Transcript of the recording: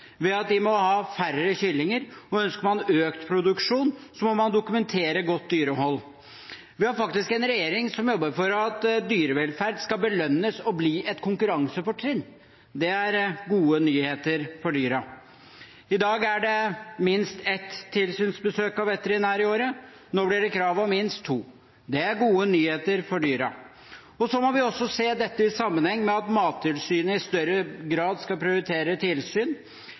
ved at man må ha færre kyllinger. Ønsker man økt produksjon, må man dokumentere godt dyrehold. Vi har en regjering som jobber for at dyrevelferd skal belønnes og bli et konkurransefortrinn. Det er gode nyheter for dyrene. I dag er det minst ett tilsynsbesøk av veterinær i året, nå blir det krav om minst to. Det er gode nyheter for dyrene. Vi må også se dette i sammenheng med at Mattilsynet i større grad skal prioritere tilsyn,